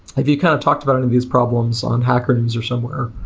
if you kind of talked about any of these problems on hacker news or somewhere,